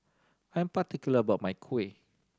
I'm particular about my kuih